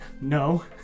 No